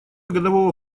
годового